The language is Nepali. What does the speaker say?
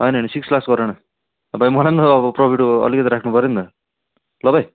होइन होइन सिक्स लास्ट गर न अब भाइ मलाई नि त अब प्रफिटको अलिकति राख्नु पर्यो नि त ल भाइ